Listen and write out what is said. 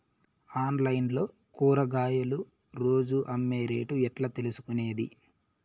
Online లో కూరగాయలు రోజు అమ్మే రేటు ఎట్లా తెలుసుకొనేది?